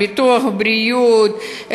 ביטוח בריאות,